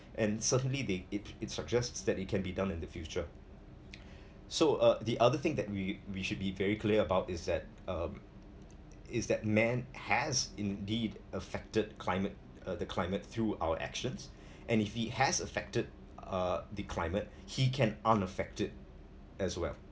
and certainly it it suggests that it can be done in the future so uh the other thing that we we should be very clear about is that um is that man has indeed affected climate uh the climate through our actions and if he has affected uh the climate he can un-affect it as well